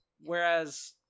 Whereas